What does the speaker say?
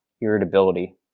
irritability